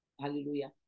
Hallelujah